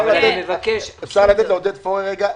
אבל אני מבקש --- אפשר לתת לעודד פורר רגע,